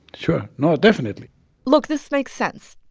sure. no, definitely look this makes sense.